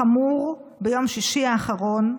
חמור,